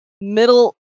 middle